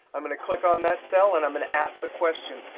i'm going to click on that cell and i'm going to ask the question,